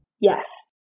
Yes